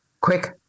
quick